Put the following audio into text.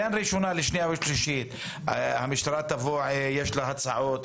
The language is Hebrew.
בהמשך המשטרה תבוא עם הצעות,